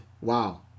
wow